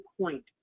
point